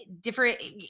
different